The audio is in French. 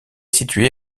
situé